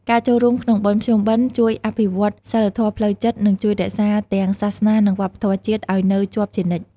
ការចូលរួមក្នុងបុណ្យភ្ជុំបិណ្ឌជួយអភិវឌ្ឍសីលធម៌ផ្លូវចិត្ត និងជួយរក្សា ទាំងសាសនានិងវប្បធម៌ជាតិឲ្យនៅជាប់ជានិច្ច។